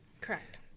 Correct